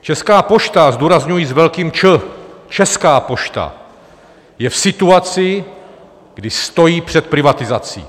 Česká pošta, zdůrazňuji s velkým Č, Česká pošta, je v situaci, kdy stojí před privatizací.